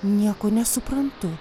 nieko nesuprantu